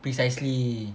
precisely